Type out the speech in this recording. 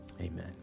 Amen